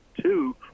two